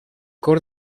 cor